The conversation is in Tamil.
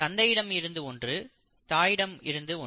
தந்தையிடம் இருந்து ஒன்று தாயிடமிருந்து ஒன்று